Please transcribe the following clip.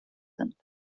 sind